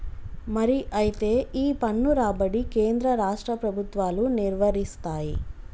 మరి అయితే ఈ పన్ను రాబడి కేంద్ర రాష్ట్ర ప్రభుత్వాలు నిర్వరిస్తాయి